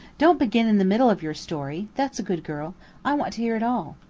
don't begin in the middle of your story, that's a good girl i want to hear it all.